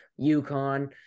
uconn